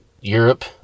Europe